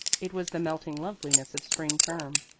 it was the melting loveliness of spring term.